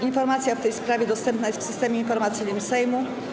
Informacja w tej sprawie dostępna jest w Systemie Informacyjnym Sejmu.